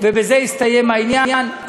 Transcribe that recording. ובזה הסתיים העניין,